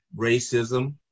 racism